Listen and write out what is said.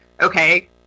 okay